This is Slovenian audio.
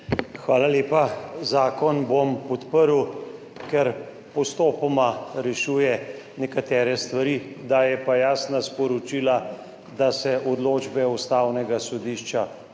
Hvala lepa. Zakon bom podprl, ker postopoma rešuje nekatere stvari, daje pa jasna sporočila, da se odločbe Ustavnega sodišča